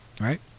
right